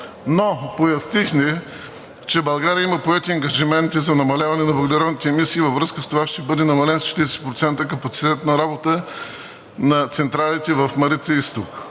но пояснихме, че България има поети ангажименти за намаляване на въглеродните емисии. Във връзка с това ще бъде намален с 40% капацитетът на работа на централите в „Марица-изток“.